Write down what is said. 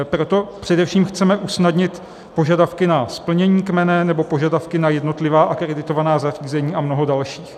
Proto především chceme usnadnit požadavky na splnění kmene nebo požadavky na jednotlivá akreditovaná zařízení a mnoho dalších.